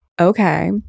okay